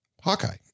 hawkeye